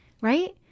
right